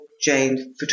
Jane